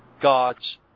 God's